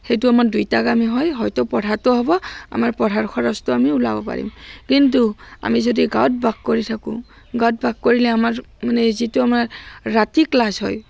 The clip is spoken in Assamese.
সেইটো আমাৰ দুইটা কামেই হয় হয়তো পঢ়াটো হ'ব আমাৰ পঢ়াৰ খৰচটো আমি ওলাব পাৰিম কিন্তু আমি যদি গাঁৱত বাস কৰি থাকোঁ গাঁৱত বাস কৰিলে আমাৰ মানে যিটো আমাৰ ৰাতি ক্লাছ হয়